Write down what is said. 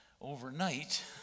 overnight